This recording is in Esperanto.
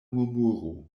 murmuro